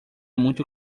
muito